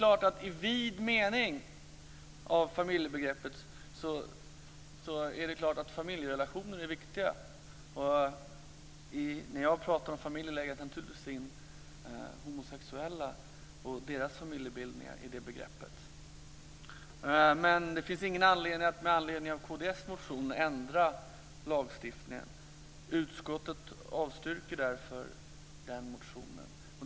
När det gäller familjebegreppet i vid mening är det klart att familjerelationer är viktiga. När jag talar om familjer lägger jag naturligtvis in homosexuella och deras familjebildningar i det begreppet. Men det finns ingen anledning att med anledning av kd:s motion ändra lagstiftningen. Utskottet avstyrker därför motionen.